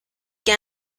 que